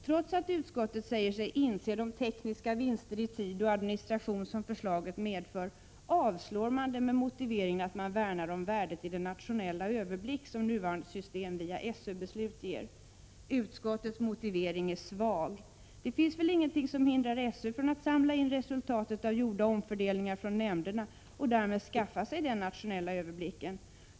Trots att utskottet säger sig inse de tekniska vinster i tid och administration som förslaget medför avstyrker man det med motiveringen att man värnar om värdet i den nationella överblick som nuvarande system via SÖ-beslut ger. Utskottets motivering är svag. Det finns väl inget som hindrar SÖ från att samla in resultatet av gjorda omfördelningar från nämnderna och därmed skaffa sig den nationella överblicken.